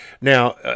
Now